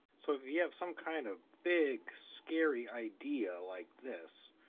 so you have some kind of big, scary idea, like this.